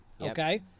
Okay